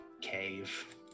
cave